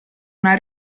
una